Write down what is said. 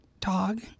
dog